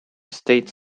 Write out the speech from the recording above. state